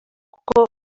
kuko